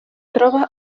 troba